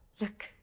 Look